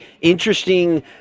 interesting